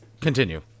continue